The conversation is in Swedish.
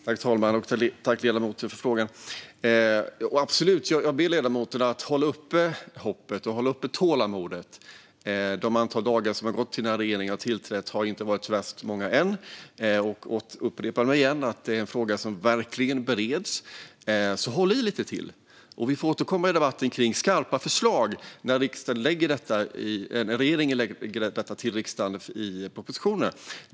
Herr talman! Jag tackar ledamoten för frågan. Jag ber absolut ledamoten att hålla uppe hoppet och tålamodet. De dagar som har gått sedan denna regering tillträdde är inte så värst många än. Jag vill upprepa att detta är en fråga som verkligen bereds. Håll i lite till! Vi får återkomma i en debatt om skarpa förslag när regeringen lägger fram en proposition till riksdagen.